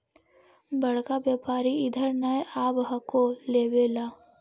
बड़का व्यापारि इधर नय आब हको लेबे ला?